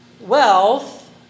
wealth